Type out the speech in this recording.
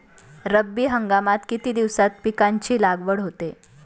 रब्बी हंगामात किती दिवसांत पिकांची लागवड होते?